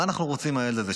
מה אנחנו רוצים מהילד הזה?